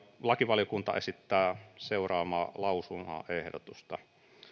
lakivaliokunta esittää seuraavaa lausumaehdotusta